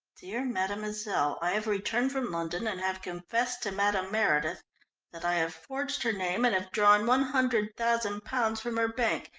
dear mademoiselle, i have returned from london and have confessed to madame meredith that i have forged her name and have drawn one hundred thousand pounds from her bank.